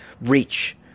Reach